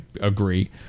agree